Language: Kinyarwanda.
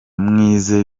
mwize